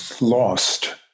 lost